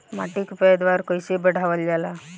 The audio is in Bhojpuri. माटी के पैदावार कईसे बढ़ावल जाला?